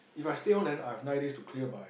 if I stay on then I have nine days to clear by